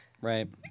Right